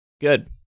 Good